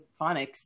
phonics